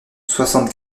soixante